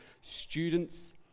students